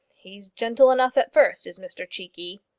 he's gentle enough at first, is mr cheekey.